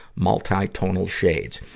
multi-tonal shades.